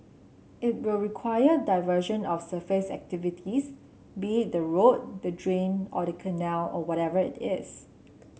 it will require diversion of surface activities be it the road the drain or the canal or whatever it is